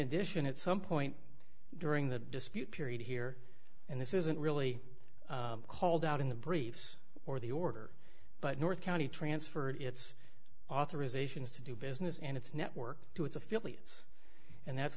addition at some point during the dispute period here and this isn't really called out in the briefs or the order but north county transferred its authorization is to do business and its network to its affiliates and that's